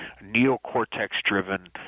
neocortex-driven